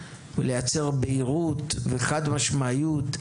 לייצר בהירות וחד משמעיות,